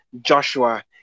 Joshua